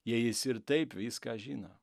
jei jis ir taip viską žino